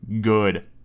good